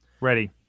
Ready